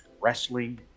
wrestling